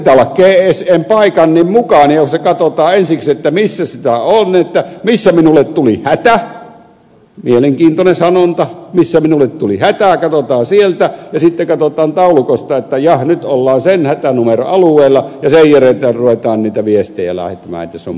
pitää olla mukana gsm paikannin jolla katsotaan ensiksi missä sitä on missä minulle tuli hätä mielenkiintoinen sanonta missä minulle tuli hätä katsotaan sieltä ja sitten katsotaan taulukosta että jaaha nyt ollaan sen hätänumeron alueella ja sen jälkeen ruvetaan niitä viestejä lähettämään